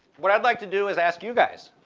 what i'd like to do is ask you guys,